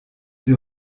sie